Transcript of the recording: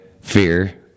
fear